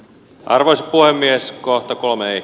arvoisa puhemies kohta kolme